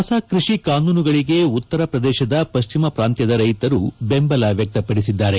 ಹೊಸ ಕೃಷಿ ಕಾನೂನುಗಳಿಗೆ ಉತ್ತರ ಪ್ರದೇಶದ ಪಶ್ಚಿಮ ಪ್ರಾಂತ್ಯದ ರೈತರು ಬೆಂಬಲ ವ್ಯಕ್ತಪಡಿಸಿದ್ದಾರೆ